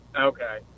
Okay